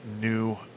new